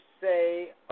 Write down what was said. say